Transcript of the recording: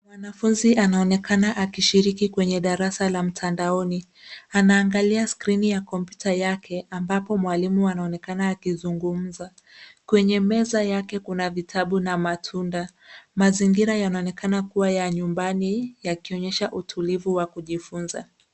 Mwanafunzi anaonekana akishiri kwenye darasa la mtandaono. Anaangalia skrini ya kompyuta yake ambao mwalimu anaoneka akizungumza. Kwenye meza yake kuna vitabu na matunda. Mazingira yanaonekana kuwa ya nyumbani yakionyesha utulivu wa kujifunza.